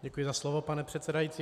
Děkuji za slovo, pane předsedající.